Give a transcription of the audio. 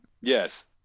Yes